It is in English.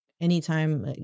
anytime